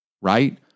Right